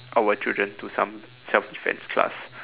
our children to some self defence class